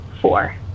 Four